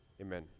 Amen